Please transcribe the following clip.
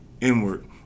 inward